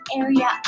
area